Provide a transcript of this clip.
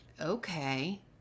Okay